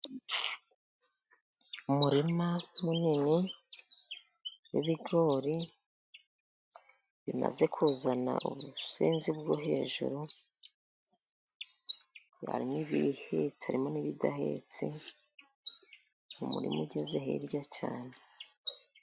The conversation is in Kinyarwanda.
Umurima munini w'ibigori bimaze kuzana ubusenzi bwo hejuru ,harimo ibihetse, harimo n'ibidahetse, umurima ugeze hirya cyane.